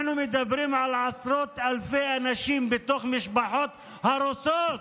אנחנו מדברים על עשרות אלפי אנשים בתוך משפחות הרוסות.